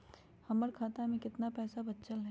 हमर खाता में केतना पैसा बचल हई?